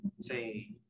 say